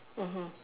mmhmm